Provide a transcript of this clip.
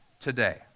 today